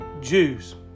Jews